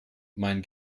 mein